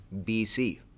BC